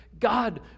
God